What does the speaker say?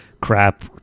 crap